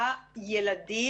הילדים,